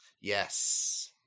Yes